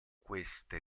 queste